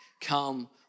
come